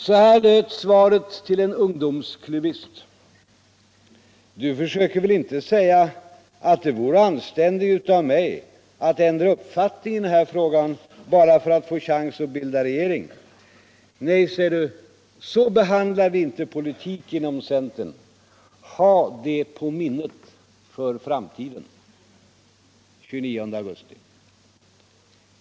Så här löd svaret till en ungdomsklubbist: ”Du försöker väl inte säga att det vore anständigt utav mig att ändra uppfattning i den här frågan bara för att få chans att bilda regering? Nej, ser Du, så behandlar vi inte politik inom centern. Ha det på minnet för framtiden.”